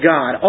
God